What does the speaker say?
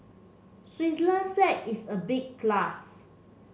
Switzerland flag is a big plus